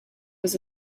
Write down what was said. was